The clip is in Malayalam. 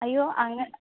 അയ്യോ അങ്ങ